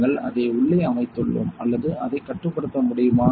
நாங்கள் அதை உள்ளே அமைத்துள்ளோம் அல்லது அதை கட்டுப்படுத்த முடியுமா